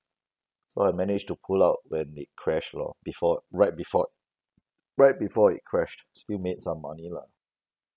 so I managed to pull out when it crashed lor before right before right before it crashed still made some money lah